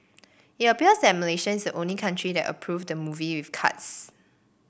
it appears that Malaysia is only country that approved the movie with cuts